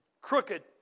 Crooked